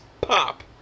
pop